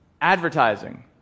Advertising